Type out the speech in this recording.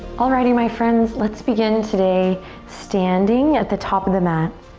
alrighty, my friends, let's begin today standing at the top of the mat.